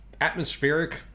Atmospheric